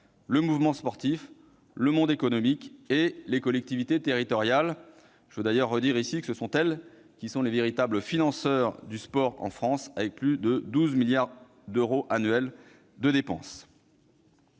le mouvement sportif, le monde économique et les collectivités territoriales, dont je veux à mon tour rappeler qu'elles sont les véritables financeurs du sport en France, avec plus de 12 milliards d'euros annuels de dépenses.